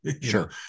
Sure